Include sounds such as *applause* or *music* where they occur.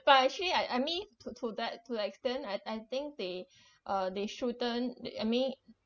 but actually I I mean to to that to extend I I think they *breath* uh they shouldn't the I mean